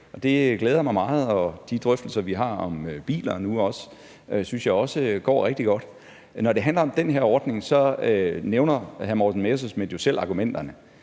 det glæder mig meget, og de drøftelser, vi nu også har om biler, synes jeg også går rigtig godt. Når det handler om den her ordning, nævner hr. Morten Messerschmidt jo selv argumenterne.